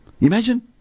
Imagine